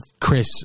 Chris